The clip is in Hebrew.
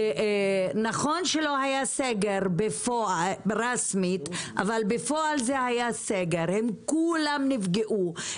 נכון שלא היה סגר רשמית אבל בפועל זה היה סגר וכולם נפגעו.